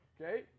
Okay